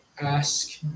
ask